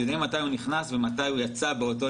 יודעים מתי הוא נכנס ומתי הוא יצא באותו